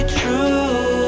true